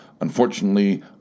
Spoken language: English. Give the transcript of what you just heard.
unfortunately